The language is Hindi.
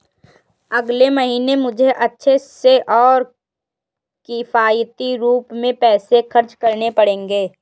अगले महीने मुझे अच्छे से और किफायती रूप में पैसे खर्च करने पड़ेंगे